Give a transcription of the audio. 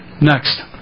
next